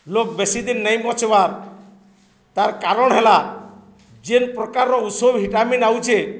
ଲୋପ ବେଶୀ ଦିନ ନେଇ ବଚ୍ବାର୍ ତା'ର୍ କାରଣ ହେଲା ଯେନ୍ ପ୍ରକାରର ଉଷ ଭିଟାମିିନ୍ ଆଉଛେ